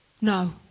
No